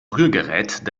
rührgerät